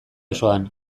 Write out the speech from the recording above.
osoan